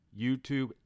YouTube